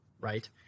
right